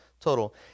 total